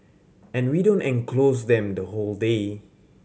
and we don't enclose them the whole day